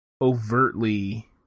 overtly